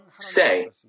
say